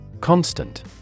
Constant